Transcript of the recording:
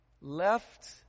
left